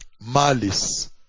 malice